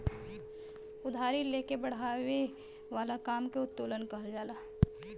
उधारी ले के बड़ावे वाला काम के उत्तोलन कहल जाला